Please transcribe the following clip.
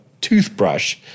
toothbrush